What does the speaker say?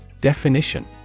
Definition